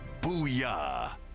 Booyah